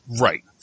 Right